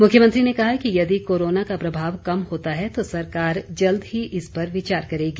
मुख्यमंत्री ने कहा कि यदि कोरोना का प्रभाव कम होता है तो सरकार जल्द ही इस पर विचार करेगी